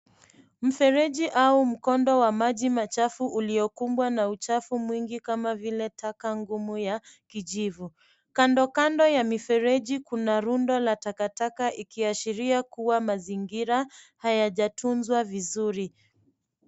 Mfereji au mkondo wa maji machafu uliokumbwa na uchafu mwingi, kama vile taka ngumu ya kijivu. Kandokando ya mifereji kuna rundo la takataka, ikiashiria kuwa mazingira hayajatunzwa vizuri.